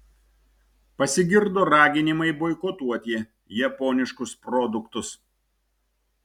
pasigirdo raginimai boikotuoti japoniškus produktus